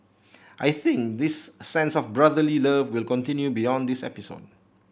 I think this sense of brotherly love will continue beyond this episode